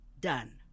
done